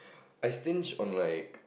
I stinge on like